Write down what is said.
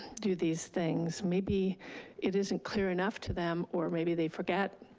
do these things? maybe it isn't clear enough to them, or maybe they forget.